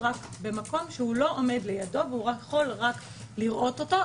במקום שהוא לא עומד לידו ויכול רק לראות אותו.